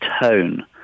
tone